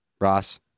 Ross